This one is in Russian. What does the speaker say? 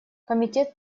комитет